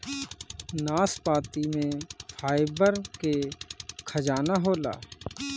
नाशपाती में फाइबर के खजाना होला